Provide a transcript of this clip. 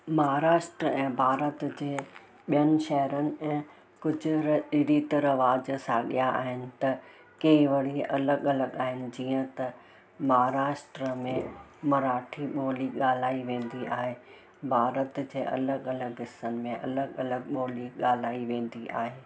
महाराष्ट्रा ऐं भारत जे ॿियनि शहरनि ऐं कुझु र रीत रवाज़ साॻियां आहिनि त के वरी अलॻि अलॻि आहिनि जीअं त महाराष्ट्रा में मराठी ॿोली ॻाल्हाई वेंदी आहे भारत जे अलॻि अलॻि हिसनि में अलॻि अलॻि ॿोली ॻाल्हाई वेंदी आहे